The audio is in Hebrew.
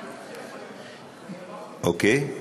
אוקיי,